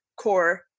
core